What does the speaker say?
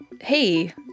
Hey